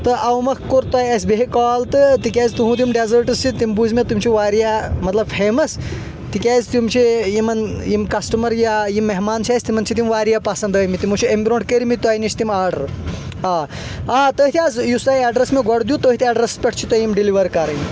تہٕ اوٕ مۄکھہٕ کوٚر تۄہہِ اَسہِ بیٚیہِ کال تہٕ تِکیاز تُہنٛدۍ یِم ڈٮ۪زأٹٕس چھ تِم بوٗزۍ مےٚ تِم چھ واریاہ مطلب فیمس تِکیٛازِ تِم چھ یِمن کسٹمر یا مہمان چھ اَسہِ تِمن چھ تِم واریاہ پسند آمٕتۍ تِمو چھ أمہِ برونٛٹھ کٔرۍ مٕتۍ تۄہہِ نِش تِم آرڈر آ آ تٔتھۍ حظ یُس تۄہہِ اٮ۪ڈرس مےٚ گۄڈٕ دیُت تٔتھۍ اٮ۪ڈرسس پٮ۪ٹھ چھو تۄہہِ یِم ڈیٚلِور کرٕنۍ